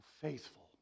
faithful